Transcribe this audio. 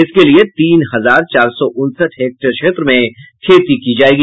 इसके लिये तीन हजार चार सौ उनसठ हेक्टेयर क्षेत्र में खेती की जायेगी